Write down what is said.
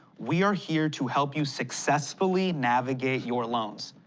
we are here to help you successfully navigate your loans.